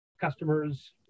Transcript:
customers